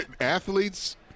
athletes